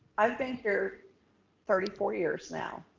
i've been there thirty four years now.